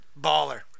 Baller